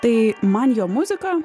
tai man jo muzika